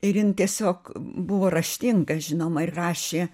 ir jin tiesiog buvo raštinga žinoma ir rašė